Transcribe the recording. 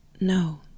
No